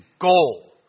goal